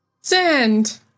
Sand